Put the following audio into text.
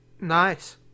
Nice